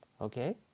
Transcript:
okay